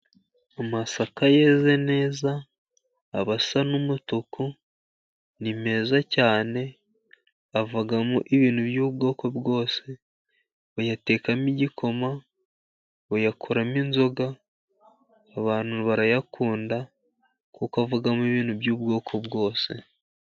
Amasaka yeze neza aba asa n'umutuku. Ni meza cyane avamo ibintu by'ubwoko bwose. Bayatekamo igikoma, bayakoramo inzoga, abantu barayakunda kuko avamo ibintu by'ubwoko bwose.